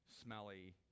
smelly